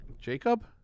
Jacob